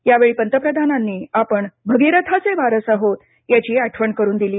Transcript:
यावेळी पंतप्रधानांनी आपण भगीरथाचे वारस आहोत यांची आठवण करून दिली